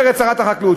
אומרת שרת החקלאות,